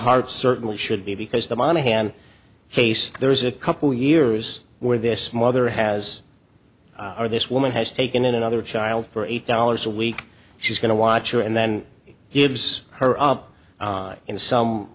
heart certainly should be because the monaghan case there's a couple years where this mother has are this woman has taken in another child for eight dollars a week she's going to watch her and then gives her up in some